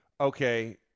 okay